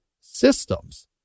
systems